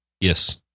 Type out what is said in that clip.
Yes